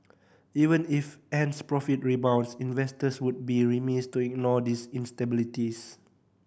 even if Ant's profit rebounds investors would be remiss to ignore these instabilities